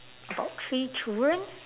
got three children